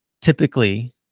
Typically